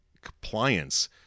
compliance